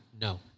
No